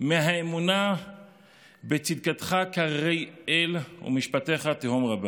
מהאמונה ב"צדקתך כהררי אל משפטך תהום רבה".